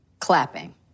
Clapping